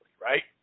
right